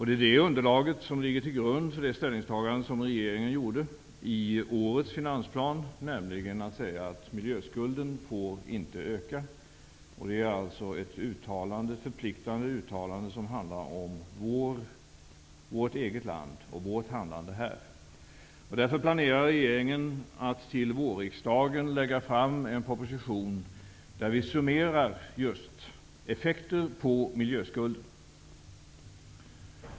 Det är det underlaget som ligger till grund för det ställningstagande som regeringen gjorde i årets finansplan, nämligen att miljöskulden inte får öka. Det är ett förpliktande uttalande som handlar om vårt eget land och vårt handlande här. Regeringen planerar därför att till vårriksdagen lägga fram en proposition där vi summerar effekter på miljöskulden.